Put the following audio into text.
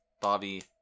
Bobby